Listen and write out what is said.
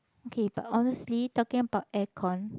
okay but honestly talking about air con